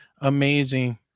amazing